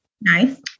Nice